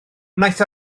wnaeth